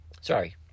Sorry